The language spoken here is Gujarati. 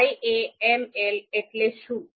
YAML એટલે શું